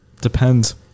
depends